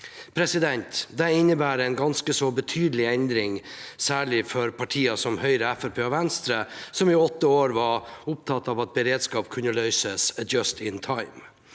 «føre var». Det innebærer en ganske så betydelig endring, særlig for partier som Høyre, Fremskrittspartiet og Venstre, som i åtte år var opptatt av at beredskap kunne løses «just in time».